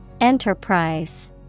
Enterprise